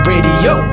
Radio